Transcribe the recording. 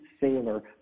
sailor